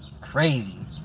Crazy